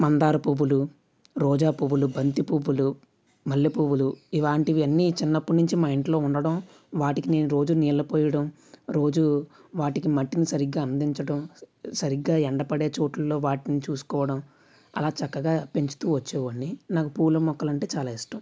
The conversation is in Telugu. మందార పూలు రోజా పూలు బంతి పూలు మల్లెపూలు ఇలాంటివి అన్నీ చిన్నప్పటి నుంచి మా ఇంట్లో ఉండటం వాటికి రోజు నీళ్ళు పోయడం రోజు వాటికి మట్టిని సరిగా అందించడం సరిగ్గా ఎండ పడే చోటులలో వాటిని చూసుకోవడం అలా చక్కగా పెంచుతు వచ్చే వాడిని నాకు పూల మొక్కలు అంటే చాలా ఇష్టం